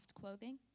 clothing